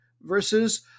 versus